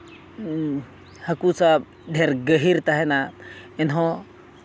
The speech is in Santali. ᱦᱟᱹᱠᱩ ᱥᱟᱵᱽ ᱰᱷᱮᱨ ᱜᱟᱹᱦᱤᱨ ᱛᱟᱦᱮᱱᱟ ᱮᱱᱦᱚᱸ